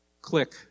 click